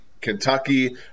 Kentucky